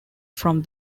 from